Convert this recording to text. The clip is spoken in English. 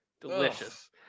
Delicious